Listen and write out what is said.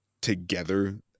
together